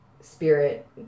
spirit